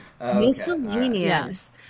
Miscellaneous